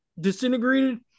disintegrated